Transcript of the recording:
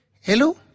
Hello